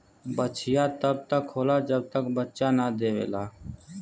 बछिया तब तक होला जब तक बच्चा न देवेला